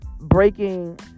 breaking